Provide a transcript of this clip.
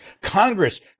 Congress